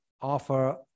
offer